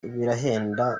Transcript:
birahenda